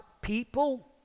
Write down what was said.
people